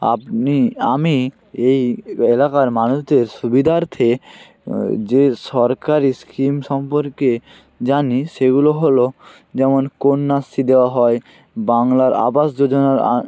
আপনি আমি এই এলাকার মানুষদের সুবিধার্থে যে সরকারি স্কিম সম্পর্কে জানি সেগুলো হলো যেমন কন্যাশ্রী দেওয়া হয় বাংলার আবাস যোজনার আ